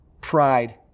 pride